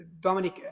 Dominic